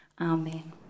amen